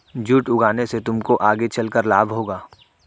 jute उगाने से तुमको आगे चलकर लाभ होगा